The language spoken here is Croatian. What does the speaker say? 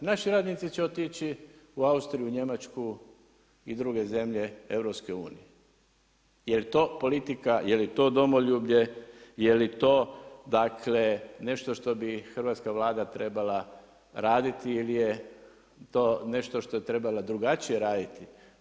Naši radnici će otići u Austriju, Njemačku i druge zemlje EU-a. je li to politika, je li to domoljublje je li to dakle nešto što bi hrvatska Vlada trebala raditi ili je to nešto što je trebala drugačije raditi?